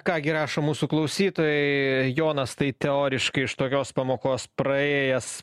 ką gi rašo mūsų klausytojai jonas tai teoriškai iš tokios pamokos praėjęs